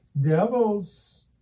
devils